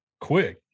quick